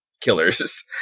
killers